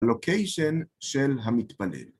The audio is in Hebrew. לוקיישן של המתפלל.